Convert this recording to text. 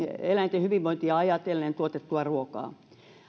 eläinten hyvinvointia ajatellen tuotettua ruokaa